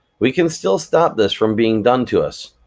we can still stop this from being done to us,